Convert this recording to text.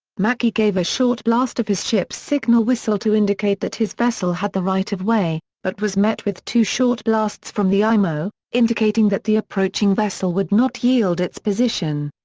mackey gave a short blast of his ship's signal whistle to indicate that his vessel had the right of way, but was met with two short blasts from the imo, indicating that the approaching vessel would not yield its position.